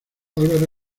álvaro